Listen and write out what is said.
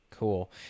Cool